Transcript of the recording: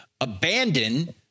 Abandon